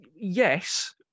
Yes